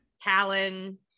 talon